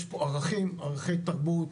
יש פה ערכי תרבות,